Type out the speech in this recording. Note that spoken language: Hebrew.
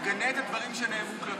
תגנה את הדברים שנאמרו כלפיה.